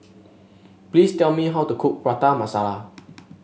please tell me how to cook Prata Masala